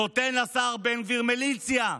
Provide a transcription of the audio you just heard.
נותן לשר בן גביר מיליציה,